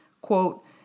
Quote